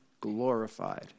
glorified